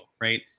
right